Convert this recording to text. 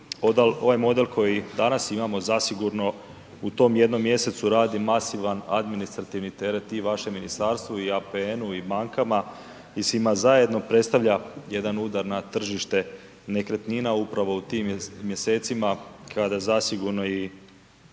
Ovaj model koji danas imamo zasigurno u tom jednom mjesecu radi masivan administrativni teret i vaše ministarstvo i APN-u i bankama i svima zajedno predstavlja jedan udar na tržište nekretnina upravo u tim mjesecima kada zasigurno i